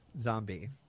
Zombie